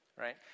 right